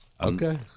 Okay